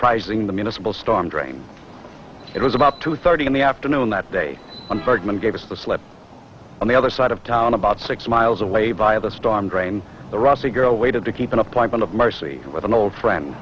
comprising the municipal storm drain it was about two thirty in the afternoon that day unforgiven gave us the slip on the other side of town about six miles away by the storm drain the rusty girl waited to keep an appointment of marcy with an old friend